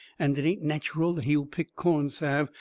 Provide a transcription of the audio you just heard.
and it ain't natcheral he will pick corn salve,